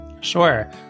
Sure